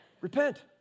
Repent